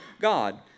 God